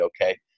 okay